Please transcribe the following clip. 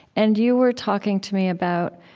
and you were talking to me about